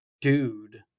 dude